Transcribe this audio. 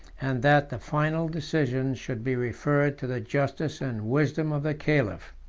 and that the final decision should be referred to the justice and wisdom of the caliph.